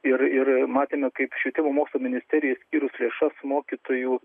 ir ir matėme kaip švietimo mokslo ministerijai skyrus lėšas mokytojų